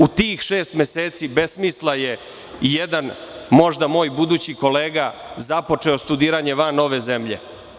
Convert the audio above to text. U tih šest meseci besmisla je i jedan možda moj budući kolega započeo studiranje van ove zemlje.